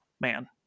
man